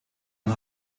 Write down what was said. und